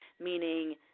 meaning